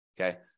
Okay